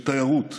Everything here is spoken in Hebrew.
של תיירות.